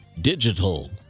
digital